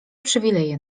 przywileje